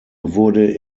wurde